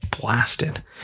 blasted